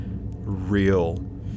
real